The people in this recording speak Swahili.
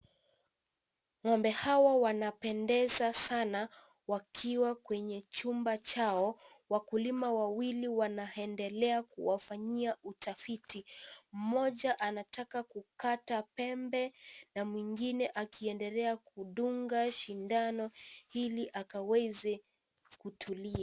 Ng'ombe hawa wanapendeza sana, wakiwa kwenye chumba chao. Wakulima wawili wanaendelea kuwafanyia utafiti. Mmoja, anataka kukata pembe na mwingine akiendelea kudunga sindano, ili akaweza kutumia.